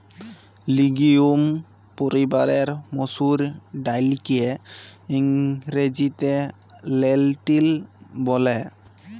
legume পরিবারের মসুর ডাইলকে ইংরেজিতে লেলটিল ব্যলে